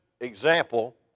example